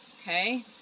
Okay